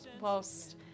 whilst